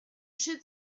should